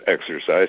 exercise